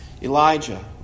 Elijah